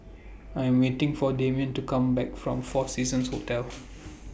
I Am waiting For Damian to Come Back from four Seasons Hotel